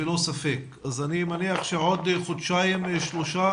אני מניח שעוד חודשיים או שלושה,